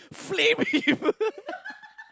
flamed him